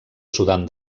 sudan